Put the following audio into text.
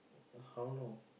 how long